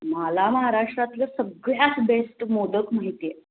मला महाराष्ट्रातलं सगळ्यात बेस्ट मोदक माहिती आहे